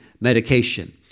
medication